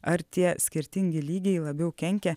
ar tie skirtingi lygiai labiau kenkia